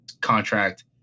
contract